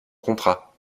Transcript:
contrat